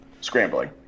scrambling